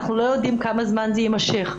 כי אנחנו לא יודעים כמה זמן זה יימשך.